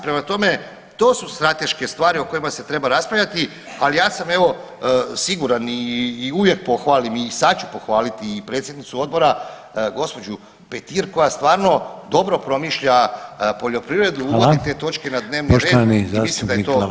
Prema tome to su strateške stvari o kojima se treba raspravljati, ali ja sam evo siguran i uvijek pohvalim i sad ću pohvaliti i predsjednicu odbora gospođu Petir koja stvarno dobro promišlja poljoprivredu [[Upadica: Hvala.]] uvodi te točke na dnevni red i mislim da je to